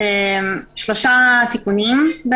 יש שלושה תיקונים: